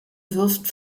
wirft